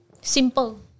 simple